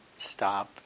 stop